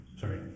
Sorry